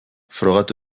frogatu